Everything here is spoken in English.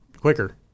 quicker